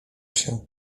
się